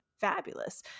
fabulous